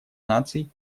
наций